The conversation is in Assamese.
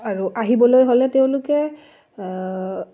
আৰু আহিবলৈ হ'লে তেওঁলোকে